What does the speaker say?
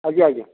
ଆଜ୍ଞା ଆଜ୍ଞା